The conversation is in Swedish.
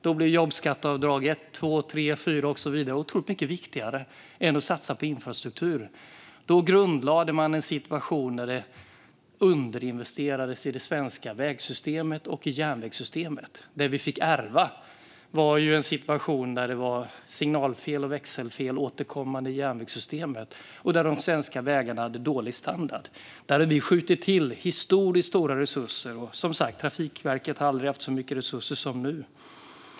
Då blev jobbskatteavdrag 1, 2, 3, 4 och så vidare otroligt mycket viktigare än att satsa på infrastruktur. Då grundlade man en situation där det underinvesterades i det svenska vägsystemet och i järnvägssystemet. Det som vi fick ärva var en situation där det var signalfel och växelfel återkommande i järnvägssystemet och där de svenska vägarna hade dålig standard. Där har vi skjutit till historiskt stora resurser. Och Trafikverket har, som sagt, aldrig haft så mycket resurser som nu.